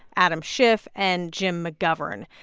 adam schiff and jim mcgovern.